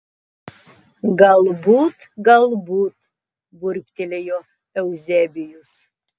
galbūt galbūt burbtelėjo euzebijus